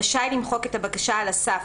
רשאי למחוק את הבקשה על הסף,